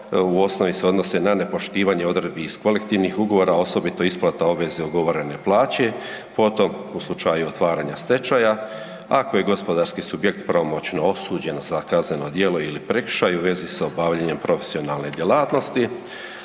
U osnovi se odnose na nepoštivanje odredbi iz kolektivnih ugovora, osobito isplata obveze ugovorene plaće, potom u slučaju otvaranja stečaja, ako je gospodarski subjekt pravomoćno osuđen za kazneno djelo ili prekršaj u vezi sa obavljanjem profesionalne djelatnosti,